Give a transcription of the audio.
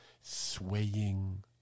swaying